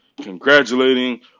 congratulating